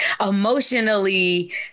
emotionally